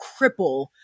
cripple